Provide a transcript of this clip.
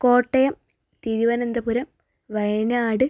Kottayam Thiruvananthapuram Wayanad